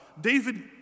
David